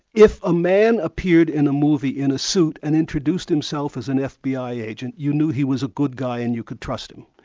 if a man appeared in a movie in a suit and introduced himself as an fbi agent, you knew he was a good guy and you could trust him.